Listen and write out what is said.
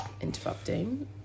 interrupting